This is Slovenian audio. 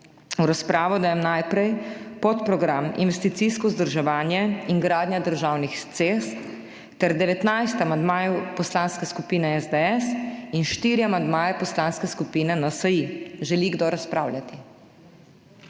V razpravo dajem najprej podprogram Investicijsko vzdrževanje in gradnja državnih cest ter 19 amandmajev Poslanske skupine SDS in štiri amandmaje Poslanske skupine NSi. Želi kdo razpravljati?